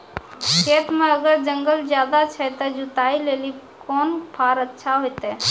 खेत मे अगर जंगल ज्यादा छै ते जुताई लेली कोंन फार अच्छा होइतै?